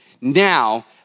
now